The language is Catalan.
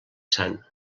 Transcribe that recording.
sant